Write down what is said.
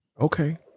Okay